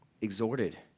exhorted